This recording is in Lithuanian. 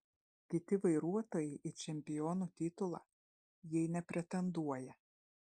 kiti vairuotojai į čempionų titulą jei nepretenduoja